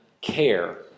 care